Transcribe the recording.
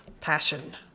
passion